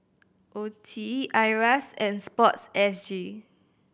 O T E IRAS and Sport S G